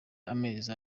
amezi